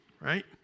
Right